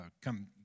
come